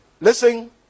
listen